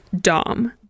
Dom